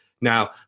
Now